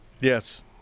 Yes